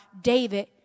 David